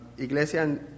Iglesia